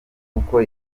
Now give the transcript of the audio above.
kuko